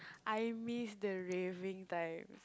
I miss the raving times